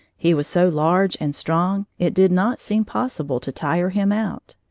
he was so large and strong it did not seem possible to tire him out.